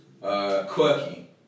quirky